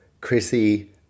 Chrissy